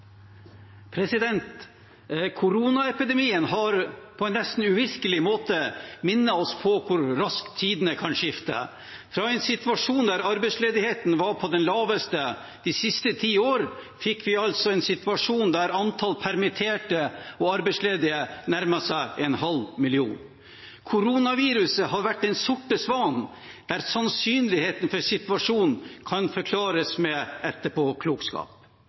på en nesten uvirkelig måte minnet oss på hvor raskt tidene kan skifte. Fra en situasjon der arbeidsledigheten var den laveste de siste ti år, fikk vi en situasjon der antall permitterte og arbeidsledige nærmet seg en halv million. Koronaviruset har vært den sorte svanen der sannsynligheten for situasjonen kan forklares med